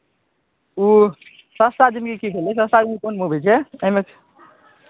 ओ सस्ता जिन्दगी की भेलै सस्ता जिन्दगी कोन मूवी छै एहिमे